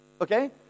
Okay